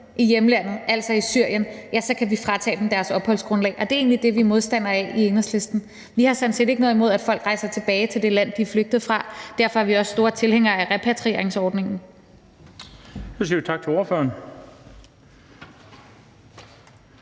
i hjemlandet, altså i Syrien, så kan vi fratage dem deres opholdsgrundlag. Og det er egentlig det, vi er modstandere af i Enhedslisten. Vi har sådan set ikke noget imod, at folk rejser tilbage til det land, de er flygtet fra, og derfor er vi også store tilhængere af repatrieringsordningen.